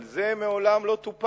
אבל זה מעולם לא טופל,